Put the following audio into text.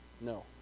No